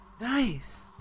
Nice